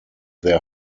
their